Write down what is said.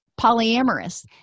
polyamorous